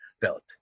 belt